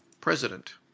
President